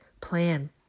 plan